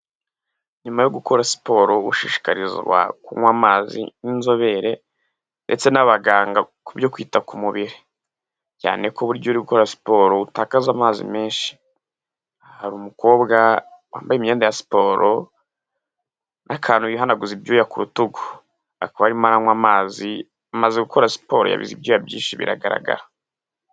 Nyuma yo gukora siporo ushishika kunywa amazi n'inzobere ndetse n'abaganga ku byo kwita ku mubiri, cyane ko burya iyo uri gukora siporo utaza amazi menshi, hari umukobwa wambaye imyenda ya siporo n'akantu yihanaguraza ibyuya ku rutugu, akaba arimo aranywa amazi amaze gukora siporo yabize ibyuya byinshi biragaragara.